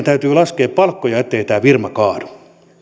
täytyy laskee palkkoja ettei tää firma kaadu